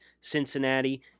Cincinnati